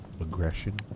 aggression